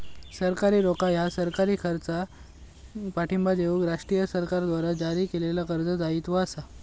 सरकारी रोखा ह्या सरकारी खर्चाक पाठिंबा देऊक राष्ट्रीय सरकारद्वारा जारी केलेल्या कर्ज दायित्व असा